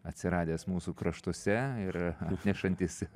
atsiradęs mūsų kraštuose ir atnešantis